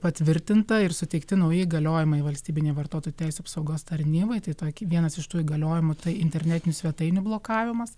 patvirtinta ir suteikti nauji įgaliojimai valstybinei vartotojų teisių apsaugos tarnybai tai vienas iš tų įgaliojimų tai internetinių svetainių blokavimas